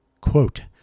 Quote